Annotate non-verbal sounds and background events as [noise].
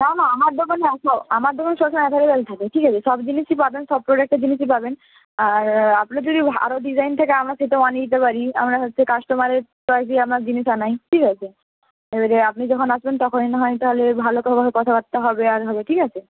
না না আমার দোকানে [unintelligible] আমার দোকানে সবসময় অ্যাভেলেবল থাকে ঠিক আছে সব জিনিসই পাবেন সব প্রোডাক্টের জিনিসই পাবেন আর আপনার যদি [unintelligible] আরও ডিজাইন থাকে আমরা সেটাও আনিয়ে দিতে পারি আমরা হচ্ছে কাস্টমারের চয়েসেই আমরা জিনিস আনাই ঠিক আছে এবারে আপনি যখন আসবেন তখনই না হয় তাহলে ভালো [unintelligible] ভাবে কথাবার্তা হবে আর হবে ঠিক আছে